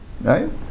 right